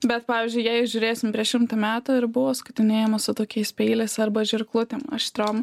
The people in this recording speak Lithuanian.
bet pavyzdžiui jei žiūrėsim prieš šimtą metų ir buvo skutinėjama su tokiais peiliais arba žirklutėm aštriom